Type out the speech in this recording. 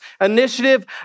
initiative